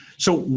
so,